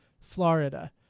Florida